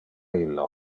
illo